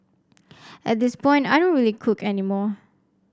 at this point I don't really cook any more